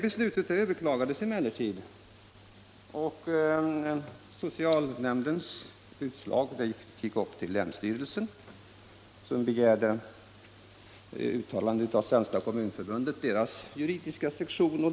Beslutet överklagades emellertid, och socialnämndens utslag gick upp till länsstyrelsen som begärde ett uttalande av Svenska kommunförbundets juridiska sektion.